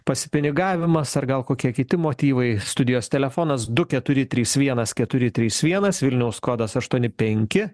pasipinigavimas ar gal kokie kiti motyvai studijos telefonas du keturi trys vienas keturi trys vienas vilniaus kodas aštuoni penki